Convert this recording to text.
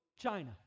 China